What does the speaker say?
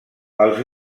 els